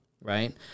right